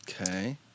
Okay